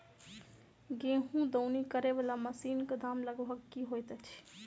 गेंहूँ दौनी करै वला मशीन कऽ दाम लगभग की होइत अछि?